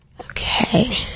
Okay